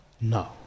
No